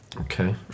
Okay